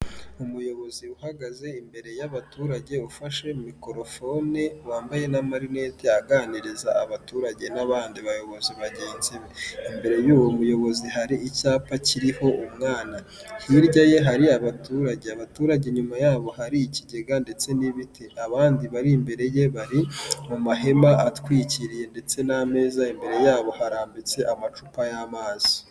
Umuyobozi uhagaze imbere y'abaturage, ufashe mikorofone, wambaye n'amarinete, aganiriza abaturage n'abandi bayobozi bagenzi be. Imbere y'uwo muyobozi hari icyapa kiriho umwana, hirya ye hari abaturage, abaturage inyuma yabo hari ikigega ndetse n'ibiti, abandi bari imbere ye bari mu mahema atwikiriye ndetse n'ameza, imbere yabo harambitse amacupa y'amazi.